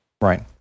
Right